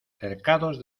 cercados